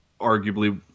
arguably